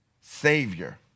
Savior